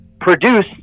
produce